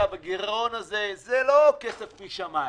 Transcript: הגירעון הזה הוא לא כסף משמיים.